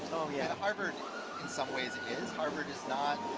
yeah harvard in some ways is harvard is not